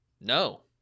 No